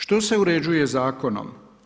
Što se uređuje zakonom?